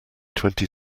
twenty